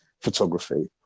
photography